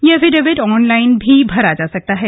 यह affidavit online भी भरा जा सकता है